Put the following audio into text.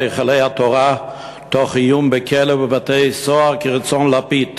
היכלי התורה תוך איום בכלא ובתי-סוהר כרצון לפיד